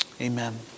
Amen